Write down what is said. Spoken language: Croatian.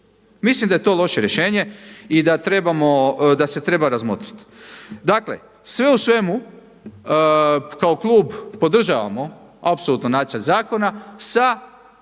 Mislim da je to loše rješenje i da se treba razmotriti. Dakle, sve u svemu kao klub podržavamo apsolutno nacrt zakona sa